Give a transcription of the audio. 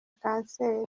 kanseri